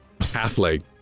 half-leg